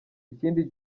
ikindi